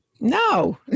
No